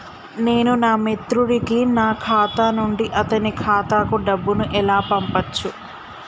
నేను నా మిత్రుడి కి నా ఖాతా నుండి అతని ఖాతా కు డబ్బు ను ఎలా పంపచ్చు?